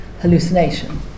hallucination